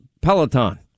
Peloton